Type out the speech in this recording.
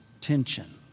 tension